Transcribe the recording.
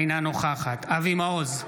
אינה נוכחת אבי מעוז,